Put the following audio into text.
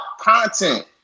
content